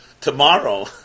Tomorrow